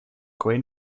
queen